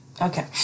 Okay